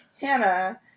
Hannah